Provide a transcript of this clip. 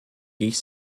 ich